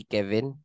Kevin